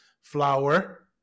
Flour